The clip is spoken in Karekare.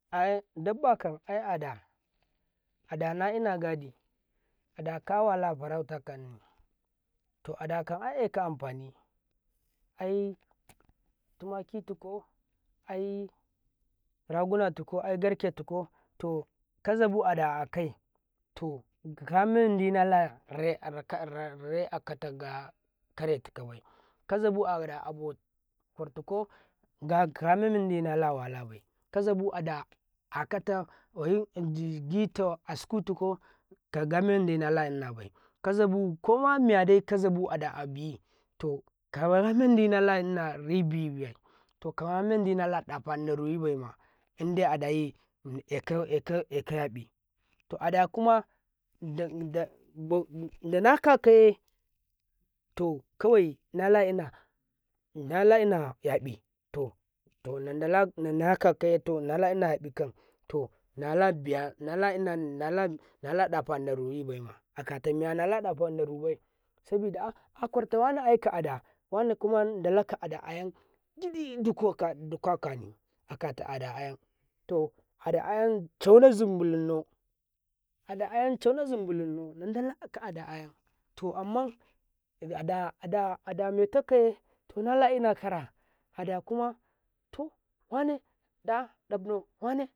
﻿ayan dabba kan ai ada ada nalna gadi ada kawala farau ta kanni to ada kan ai eyeka amfani ai tumaki tiko ai raguna tuko ai tike tiko to ka zabu ada aa kai to gaga mede narai akatagare akatakare tikabai kazaɓu ada abo ƙwar tikau kaga memmman dinala wala bai kazabu ada agitaas ku tikau kaga mendi nala dina bai kaza bu koma miyama dai ka zabu ada abi kamendina ribebi to kamen di nala ɗafa bibaima indai adayiƙeka yaƃi to ada kuma da na kaka ye nala ina yaƃi to na dala nalabiya nala ɗafa daru yibaima aka tamiya sabida aƙwar tawane ai ka'ada wane kuma dalaka ada'a yan gida duƙwa kani akata ada ayan to ada ayan cauna zimbu lunnau ada ayan cauna zumbu lun nau to amman adda ada me takaye nala ina kara adakuma to wane da dabni wane.